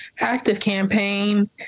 ActiveCampaign